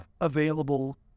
available